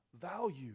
value